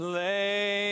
lay